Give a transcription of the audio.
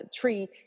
tree